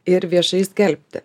ir viešai skelbti